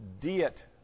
Diet